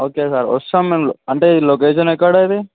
okay sir వస్తాము మేము అంటే ఈ లొకేషన్ ఎక్కడిది